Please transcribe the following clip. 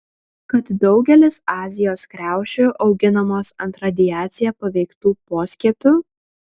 kad daugelis azijos kriaušių auginamos ant radiacija paveiktų poskiepių